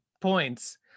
points